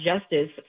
justice